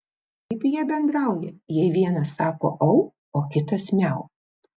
kaip jie bendrauja jei vienas sako au o kitas miau